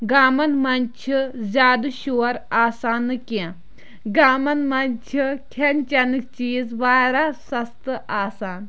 گامَن منٛز چھِ زیادٕ شور آسان نہٕ کینٛہہ گامَن منٛز چھِ کھٮ۪ن چٮ۪نٕکۍ چیٖز واریاہ سَستہٕ آسان